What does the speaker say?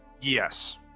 Yes